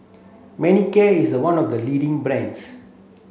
Manicare is one of the leading brands